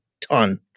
ton